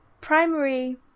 primary